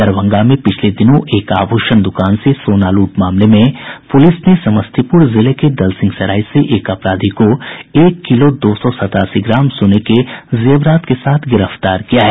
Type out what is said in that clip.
दरभंगा में पिछले दिनों एक आभूषण दुकान से सोना लूट मामले में पुलिस ने समस्तीपुर जिले के दलसिंहसराय से एक अपराधी को एक किलो दो सौ सत्तासी ग्राम सोने के जेवरात के साथ गिरफ्तार किया है